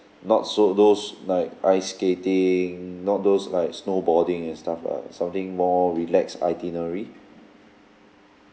not so those like ice skating not those like snowboarding and stuff lah something more relax itinerary